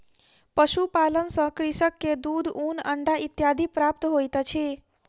पशुपालन सॅ कृषक के दूध, ऊन, अंडा इत्यादि प्राप्त होइत अछि